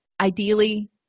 Ideally